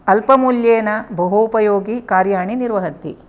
अल्पमूल्येन बहूपयोगि कार्याणि निर्वहति